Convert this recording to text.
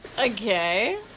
Okay